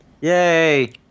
Yay